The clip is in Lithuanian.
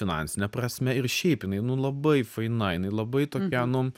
finansine prasme ir šiaip jinai nu labai faina jinai labai tokia nu